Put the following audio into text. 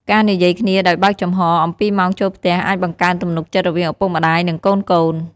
ការនិយាយគ្នាដោយបើកចំហអំពីម៉ោងចូលផ្ទះអាចបង្កើនទំនុកចិត្តរវាងឪពុកម្តាយ និងកូនៗ។